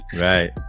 right